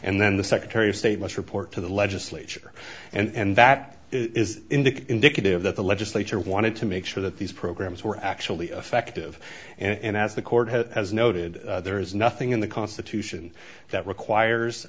and then the secretary of state must report to the legislature and that is indicate indicative that the legislature wanted to make sure that these programs were actually effective and as the court has noted there is nothing in the constitution that requires